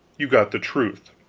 you got the truth.